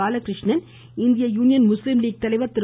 பாலகிருஷ்ணன் இந்திய Union Muslim League தலைவர் திரு